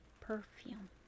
perfume